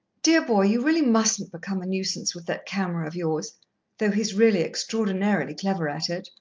dear boy, you really mustn't become a nuisance with that camera of yours though he's really extraordinarily clever at it,